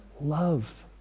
Love